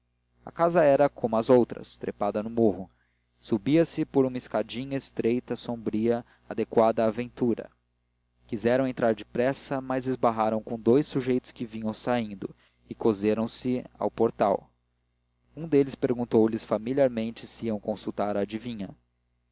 a casa era como as outras trepada no morro subia se por uma escadinha estreita sombria adequada à aventura quiseram entrar depressa mas esbarraram com dous sujeitos que vinham saindo e coseram se ao portal um deles perguntou-lhes familiarmente se iam consultar a adivinha